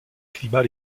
climats